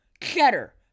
Cheddar